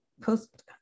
post